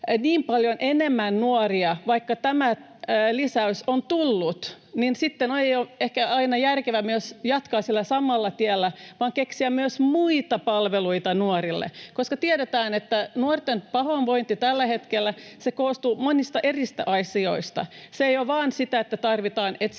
niin paljon enemmän nuoria, vaikka tämä lisäys on tullut, niin sitten ei ole ehkä järkevää myöskään jatkaa sillä samalla tiellä, vaan keksiä myös muita palveluita nuorille, koska tiedetään, että nuorten pahoinvointi tällä hetkellä koostuu monista eri asioista. Se ei ole vain sitä, että tarvitaan etsivää